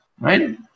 right